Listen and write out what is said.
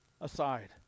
aside